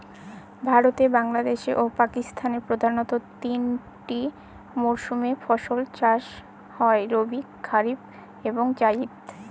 ভারতে বাংলাদেশে ও পাকিস্তানে প্রধানত তিনটা মরসুমে ফাসল চাষ হয় রবি কারিফ এবং জাইদ